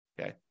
Okay